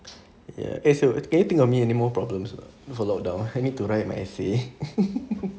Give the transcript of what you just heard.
ya eh can you think for me anymore problems or not for lockdown I need to write my essay